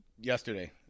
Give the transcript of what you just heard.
Yesterday